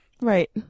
Right